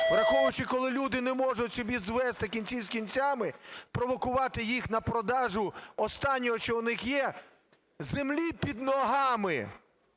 враховуючи, коли люди не можуть собі звести кінці з кінцями, провокувати їх на продаж останнього, що в них є – землі під ногами!